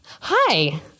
Hi